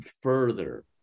further